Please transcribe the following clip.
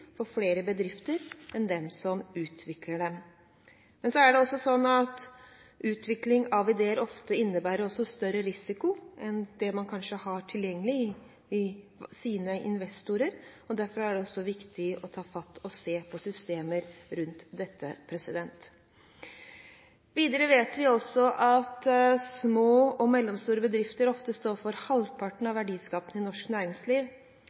for flere bedrifter enn dem som utvikler ideene. Det er også sånn at utvikling av ideer ofte innebærer større risiko enn det man kanskje har tilgjengelig i sine investorer. Derfor er det også viktig å ta fatt og se på systemer rundt dette. Videre vet vi at små og mellomstore bedrifter ofte står for halvparten av verdiskapingen i norsk næringsliv.